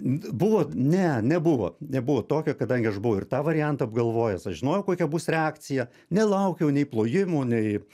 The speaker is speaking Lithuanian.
buvo ne nebuvo nebuvo tokio kadangi aš buvau ir tą variantą apgalvojęs aš žinojau kokia bus reakcija nelaukiau nei plojimų nei